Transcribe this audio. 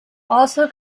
also